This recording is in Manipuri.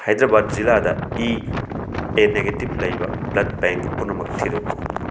ꯍꯥꯏꯗ꯭ꯔꯕꯥꯗ ꯖꯤꯂꯥꯗ ꯏ ꯑꯦ ꯅꯦꯒꯇꯤꯞ ꯂꯩꯕ ꯕ꯭ꯂꯗ ꯕꯦꯡ ꯄꯨꯝꯅꯃꯛ ꯊꯤꯗꯣꯛꯎ